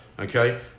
okay